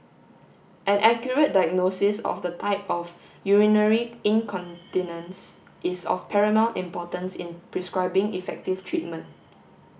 an accurate diagnosis of the type of urinary incontinence is of paramount importance in prescribing effective treatment